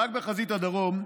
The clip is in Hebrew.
רק בחזית הדרום,